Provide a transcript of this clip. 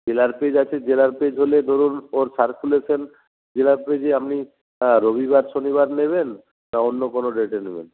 জেলার পেজ আছে জেলার পেজ হলে ধরুন ওর সারকুলেশান জেলার পেজে আপনি রবিবার শনিবার নেবেন না অন্য কোনো ডেটে নেবেন